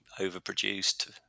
overproduced